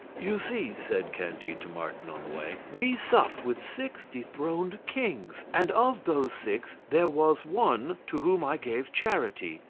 you see, said candide to martin on the way, we supped with six dethroned kings, and of those six there was one to whom i gave charity.